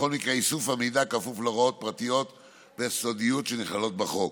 איסוף המידע כפוף להוראות פרטיות וסודיות שנכללות בחוק.